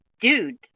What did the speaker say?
dude